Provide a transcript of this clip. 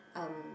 um